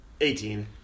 Eighteen